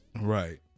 Right